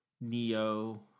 NEO